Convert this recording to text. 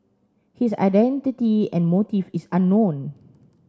his identity and motive is unknown